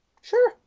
sure